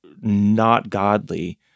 not-godly